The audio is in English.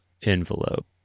envelope